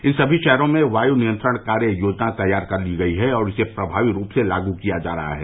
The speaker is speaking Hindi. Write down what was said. इन सभी शहरों में वायु नियंत्रण कार्य योजना तैयार कर ली गई है और इसे प्रभावी रूप से लागू किया जा रहा है